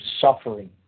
suffering